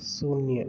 शून्य